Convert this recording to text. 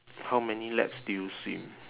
how many laps do you swim